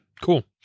cool